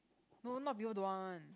no not people don't want one